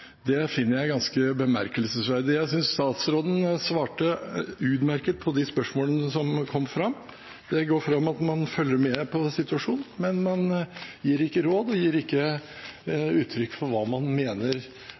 finner jeg ganske bemerkelsesverdig. Jeg synes statsråden svarte utmerket på de spørsmålene som kom. Det går fram at man følger med på situasjonen, men man gir ikke råd og gir ikke uttrykk for hva man mener